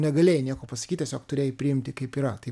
negalėjai nieko pasakyt tiesiog turėjai priimti kaip yra tai